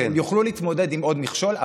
הם יוכלו להתמודד עם עוד מכשול,